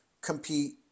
compete